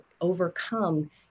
overcome